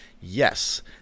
Yes